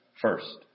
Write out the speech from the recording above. first